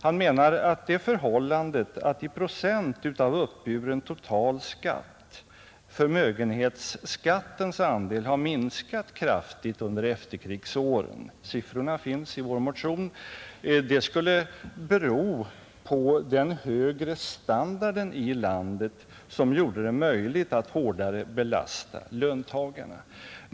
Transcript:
Han menade att det förhållandet att 1 procent av uppburen total skatt förmögenhetsskattens andel har minskat kraftigt under efterkrigsåren — siffrorna finns i vår motion — skulle bero på den högre standarden i landet, som gjorde det möjligt att hårdare belasta löntagarna.